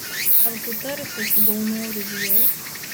ar tu tarsies su daunorių vyrais